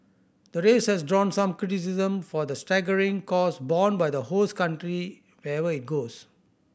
the race has drawn some criticism for the staggering costs borne by the host country wherever it goes